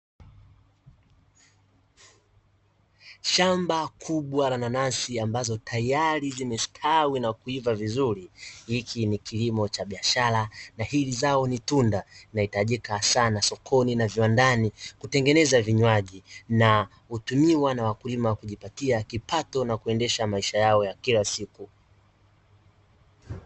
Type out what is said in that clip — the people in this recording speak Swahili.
Shamba kubwa la nanasi ambazo tayari zimestawi na kuiva vizuri. Hiki ni kilimo cha biashara na hili zao ni tunda, linahitajika sana sokoni na viwandani, kutengeneza vinywaji na hutumiwa na Wakulima kujipatia kipato na kuendesha misha yao ya kila siku.